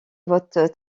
vote